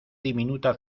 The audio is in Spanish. diminuta